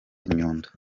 nyundo